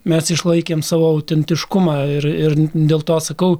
mes išlaikėm savo autentiškumą ir ir dėl to sakau